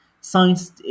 science